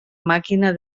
màquina